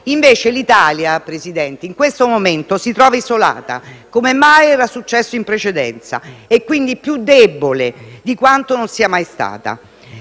Invece l'Italia, signor Presidente, in questo momento si trova isolata come mai era successo in precedenza, e quindi è più debole di quanto non sia mai stata.